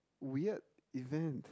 weird event